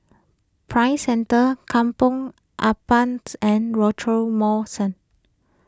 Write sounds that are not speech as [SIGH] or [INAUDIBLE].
Prime Centre Kampong Ampat and [UNINTELLIGIBLE] Mall [UNINTELLIGIBLE]